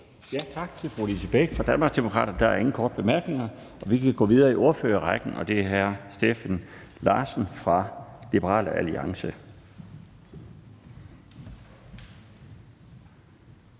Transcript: Tak til fru Lise Bech fra Danmarksdemokraterne. Der er ingen korte bemærkninger, så vi kan gå videre i ordførerrækken, og det er hr. Steffen Larsen fra Liberal Alliance